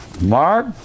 Mark